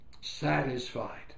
Satisfied